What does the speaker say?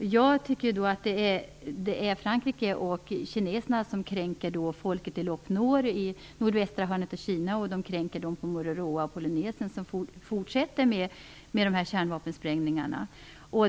Jag tycker att det är Frankrike och Kina som kränker folket i Lop Nor i nordvästra hörnet av Kina och folket på Mururoa och i Polynesien när de fortsätter med kärnvapensprängningarna.